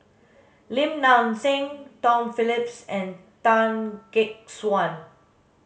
Lim Nang Seng Tom Phillips and Tan Gek Suan